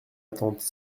attente